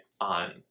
on